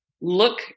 look